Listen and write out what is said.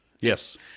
Yes